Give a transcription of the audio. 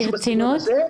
משהו מעין זה.